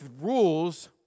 rules